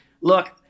Look